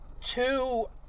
two